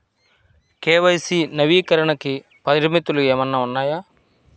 KYC నవీకరణకి పరిమితులు ఏమన్నా ఉన్నాయా?